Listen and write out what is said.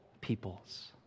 peoples